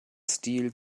stil